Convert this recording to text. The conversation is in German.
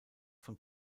von